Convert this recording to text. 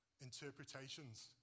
interpretations